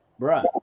bruh